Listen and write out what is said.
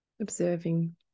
observing